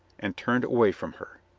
and turned away from her.